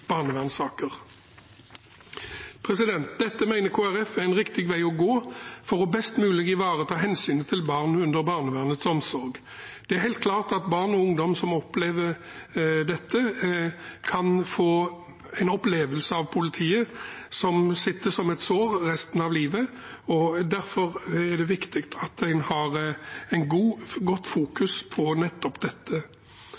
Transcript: Dette mener Kristelig Folkeparti er en riktig vei å gå for best mulig å ivareta hensynet til barn under barnevernets omsorg. Det er helt klart at barn og ungdom som opplever dette, kan få en opplevelse av politiet som sitter som et sår resten av livet, og derfor er det viktig